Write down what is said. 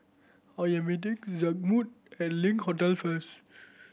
I am meeting Zigmund at Link Hotel first